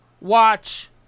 watch